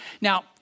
Now